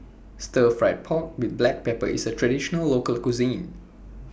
Stir Fried Pork with Black Pepper IS A Traditional Local Cuisine